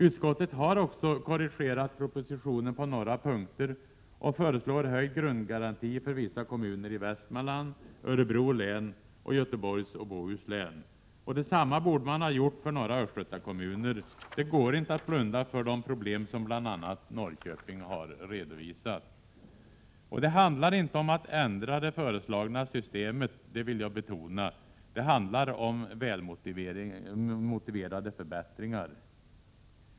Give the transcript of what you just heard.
Utskottet har också korrigerat propositionen på några punkter och föreslår höjd grundgaranti för vissa kommuner i Västmanland, Örebro län och Göteborgs och Bohus län. Detsamma borde man ha gjort för några östgötakommuner. Det går inte att blunda för de problem som bl.a. Norrköping har redovisat. Det handlar inte om att ändra det föreslagna systemet, det vill jag betona, utan det handlar om välmotiverade förbättringar.